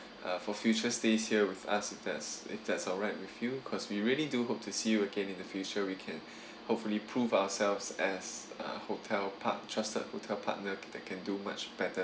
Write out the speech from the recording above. uh for future stays here with us if that's if that's all right with you cause we really do hope to see you again in the future we can hopefully prove ourselves as a hotel part~ trusted hotel partner that can do much better